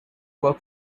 work